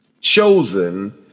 chosen